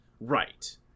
right